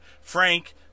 Frank